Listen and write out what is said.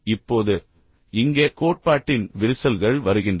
இப்போது இங்கே கோட்பாட்டின் விரிசல்கள் வருகின்றன